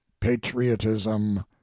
patriotism